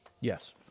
Yes